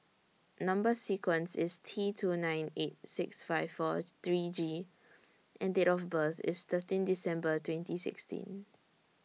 Number sequence IS T two nine eight six five four three G and Date of birth IS thirteen December twenty sixteen